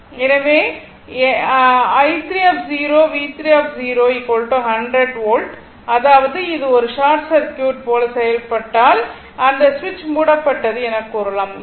எனவே எனவே i3 V3 100 volt அதாவது இது ஒரு ஷார்ட் சர்க்யூட் போல் செயல்பட்டால் அந்த சுவிட்ச் மூடப்பட்டது எனக் கூறலாம்